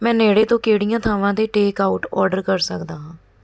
ਮੈਂ ਨੇੜੇ ਤੋਂ ਕਿਹੜੀਆਂ ਥਾਵਾਂ 'ਤੇ ਟੇਕ ਆਊਟ ਔਰਡਰ ਕਰ ਸਕਦਾ ਹਾਂ